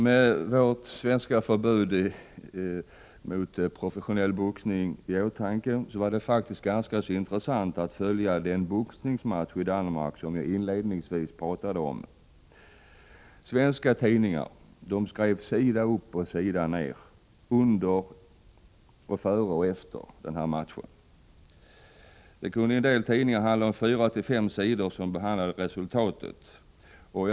Med vårt svenska förbud mot professionell boxning i åtanke var det faktiskt ganska intressant att följa den boxningsmatch i Danmark som jag inledningsvis talade om. Svenska tidningar skrev sida upp och sida ner före, under och efter matchen. I många tidningar behandlades resultatet av matchen på fyra fem sidor.